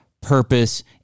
purpose